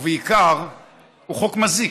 ובעיקר הוא חוק מזיק.